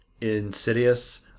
insidious